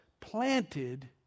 Planted